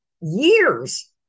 years